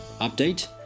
update